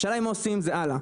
השאלה מה עושים עם זה הלאה.